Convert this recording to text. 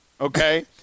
Okay